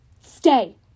Stay